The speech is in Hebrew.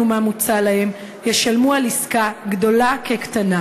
מה מוצע להם ישלמו על עסקה גדולה כקטנה.